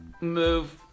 move